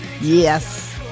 Yes